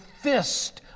fist